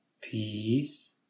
peace